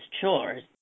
chores